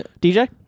DJ